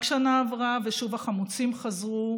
רק שנה עברה ושוב החמוצים חזרו,